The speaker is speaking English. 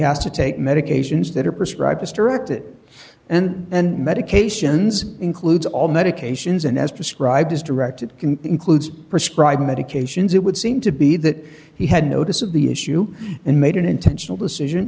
has to take medications that are prescribed hysterectomy and and medications includes all medications and as prescribed is directed includes prescribing medications it would seem to be that he had notice of the issue and made an intentional decision